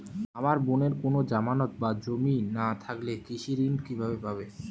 আমার বোনের কোন জামানত বা জমি না থাকলে কৃষি ঋণ কিভাবে পাবে?